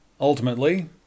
Ultimately